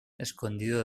escondido